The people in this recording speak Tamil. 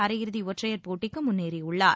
அரையிறுதி ஒற்றையர் போட்டிக்கு முன்னேறியுள்ளார்